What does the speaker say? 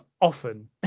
often